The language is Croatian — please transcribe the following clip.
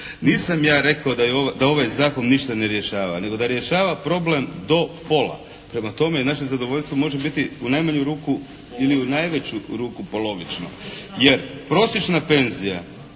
Nisam ja rekao da ovaj zakon ništa ne rješava nego da rješava problem do pola. Prema tome i naše zadovoljstvo može biti u najmanju ruku ili u najveću ruku polovično. Jer prosječna penzija